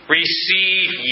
receive